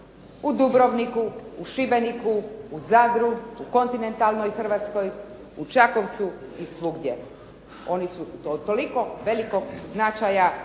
u Dubrovniku, u Šibeniku, u Zadru, u kontinentalnoj Hrvatskoj, u Čakovcu i svugdje. Oni su od toliko velikog značaja